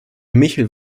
michel